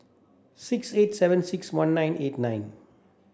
six eight seven six one nine eight nine